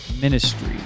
ministry